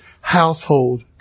household